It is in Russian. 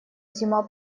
зима